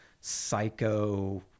psycho